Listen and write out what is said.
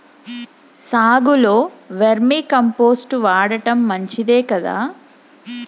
సాగులో vermicompost వాడటం మంచిదే కదా?